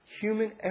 human